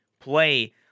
play